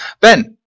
Ben